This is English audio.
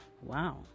Wow